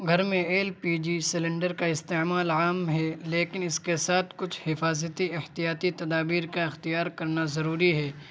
گھر میں L P G cylinder کا استعمال عام ہے لیکن اس کے ساتھ کچھ حفاظتی احتیاطی تدابیر کا اختیار کرنا ضروری ہے